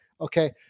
Okay